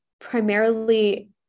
primarily